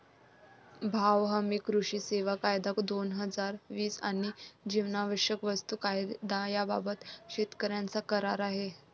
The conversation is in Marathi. भाव हमी, कृषी सेवा कायदा, दोन हजार वीस आणि जीवनावश्यक वस्तू कायदा याबाबत शेतकऱ्यांचा करार आहे